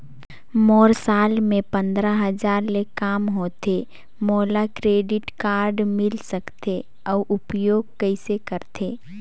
मोर साल मे पंद्रह हजार ले काम होथे मोला क्रेडिट कारड मिल सकथे? अउ उपयोग कइसे करथे?